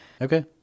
Okay